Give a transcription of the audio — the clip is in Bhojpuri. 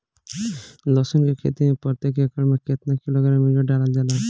लहसुन के खेती में प्रतेक एकड़ में केतना किलोग्राम यूरिया डालल जाला?